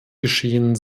geschehen